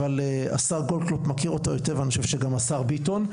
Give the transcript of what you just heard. אבל השר גולדקנוף מכיר אותו היטב אני חושב שגם השר ביטון,